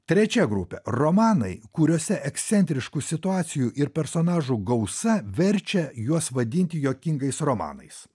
trečia grupė romanai kuriuose ekscentriškų situacijų ir personažų gausa verčia juos vadinti juokingais romanais